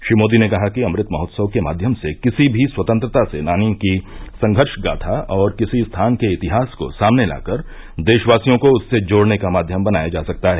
श्री मोदी ने कहा कि अमृत महोत्सव के माध्यम से किसी भी स्वतंत्रता सेनानी की संघर्ष गाथा और किसी स्थान के इतिहास को सामने लाकर देशवासियों को उससे जोड़ने का माध्यम बनाया जा सकता है